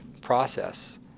process